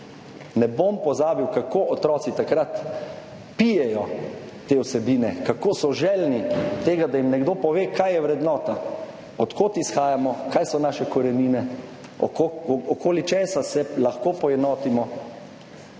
Ne bom pozabil, kako otroci takrat pijejo te vsebine, kako so željni tega, da jim nekdo pove, kaj je vrednota, od kod izhajamo, kaj so naše korenine, okoli česa se lahko poenotimo,